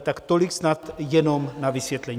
Tak tolik snad jenom na vysvětlení.